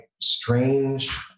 strange